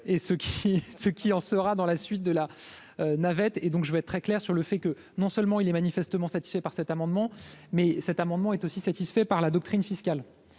ce qu'il en sera dans la suite de la navette et donc je vais être très clair sur le fait que non seulement il est manifestement satisfait par cet amendement, mais cet amendement est aussi satisfait par la doctrine fiscale